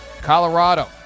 Colorado